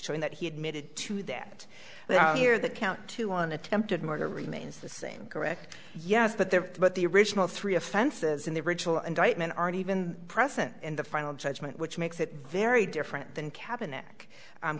showing that he admitted to that here that count two on attempted murder remains the same correct yes but they're but the original three offenses in the original indictment aren't even present in the final judgment which makes it very different than cabinet